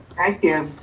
thank you.